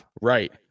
Right